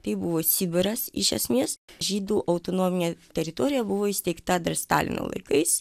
tai buvo sibiras iš esmės žydų autonominė teritorija buvo įsteigta dar stalino laikais